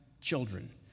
children